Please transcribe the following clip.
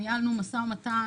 ניהלנו משא ומתן,